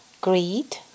greed